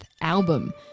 album